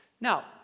Now